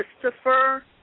Christopher